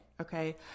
Okay